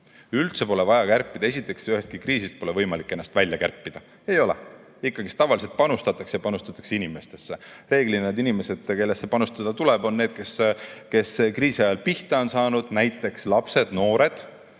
Üldse pole vaja kärpida! Esiteks, ühestki kriisist pole võimalik ennast välja kärpida. Ei ole! Ikkagi tavaliselt panustatakse inimestesse. Reeglina on inimesed, kellesse panustada tuleb, need, kes kriisi ajal pihta on saanud, näiteks lapsed ja noored.